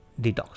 detox